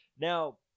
now –